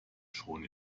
schon